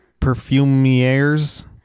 perfumiers